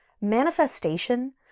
Manifestation